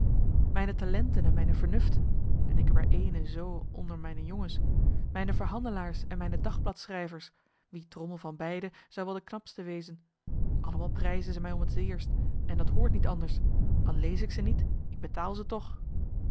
mijne talenten en mijne vernuften en ik heb er eene zoô onder mijne jongens mijne verhandelaars en mijne dagbladschrijvers wie drommel van beide zou wel de knapste wezen allemaal prijzen ze mij om het zeerst en dat hoort niet anders al lees ik ze niet ik betaal ze toch